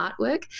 artwork